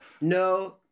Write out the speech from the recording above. No